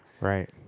Right